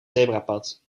zebrapad